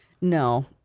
No